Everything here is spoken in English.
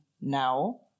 now